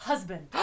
Husband